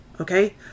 Okay